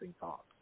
thoughts